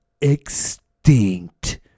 extinct